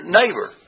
neighbor